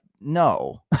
no